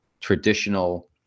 traditional